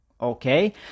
Okay